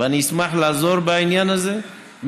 ואשמח לעזור בעניין הזה,